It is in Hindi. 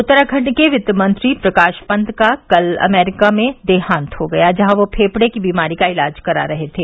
उत्तराखंड के वित्त मंत्री प्रकाश पंत का कल अमरीका में देहांत हो गया जहां वे फेफडे की बीमारी का इलाज करा रहे थे